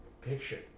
picture